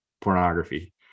pornography